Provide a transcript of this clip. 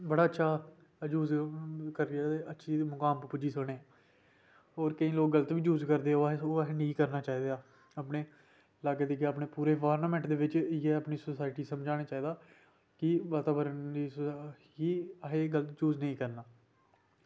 ते बड़ा अच्छा बड़े अच्छे मुकाम पर पुज्जी सकने होर केईं लोक गलत बी यूज़ करदे ते ओह् आखदे नेईं करना चाहिदा अपनी लाईफ बिच अपने एन्वारनामैंट च इयै अपनी सोसायटी गी समझाना चाहिदा की वातावरण बिच असें गलत यूज़ नेईं करना